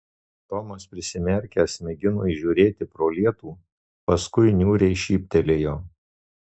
tomas prisimerkęs mėgino įžiūrėti pro lietų paskui niūriai šyptelėjo